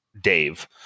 Dave